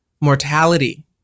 mortality